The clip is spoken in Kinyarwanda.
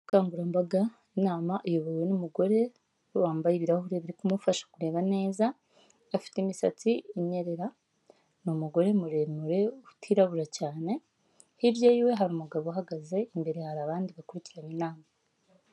Ubu ni ubusitani bwiza burimo indabo zigiye zitandukanye yaba iz'umuhondo, iz'icyatsi ubwoko bwose, hirya gato ari ibiti birebire bitanga umuyaga n'amahumbezi kubari aho bose.